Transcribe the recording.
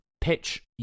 pitch